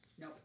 No